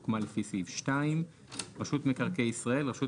ניקוז שהוקמה לפי סעיף 2". "רשות מקרקעי ישראל" רשות